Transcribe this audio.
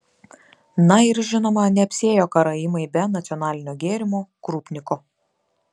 na ir žinoma neapsiėjo karaimai be nacionalinio gėrimo krupniko